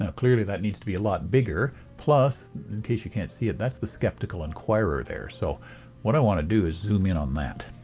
ah clearly that needs to be a lot bigger plus, in case you can't see it, that's the skeptical inquirer there, so what i want to do zoom in on that.